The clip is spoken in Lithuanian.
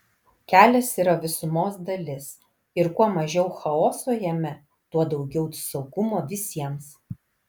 kelias yra visumos dalis ir kuo mažiau chaoso jame tuo daugiau saugumo visiems